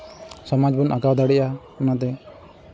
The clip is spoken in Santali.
ᱥᱚᱢᱟᱡᱽ ᱵᱚᱱ ᱟᱜᱟᱣ ᱫᱟᱲᱮᱭᱟᱜᱼᱟ ᱚᱱᱟᱛᱮ